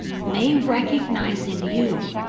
may recognize in you,